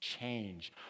change